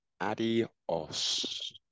Adios